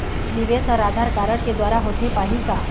निवेश हर आधार कारड के द्वारा होथे पाही का?